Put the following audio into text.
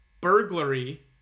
burglary